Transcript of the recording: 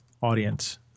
audience